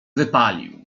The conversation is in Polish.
wypalił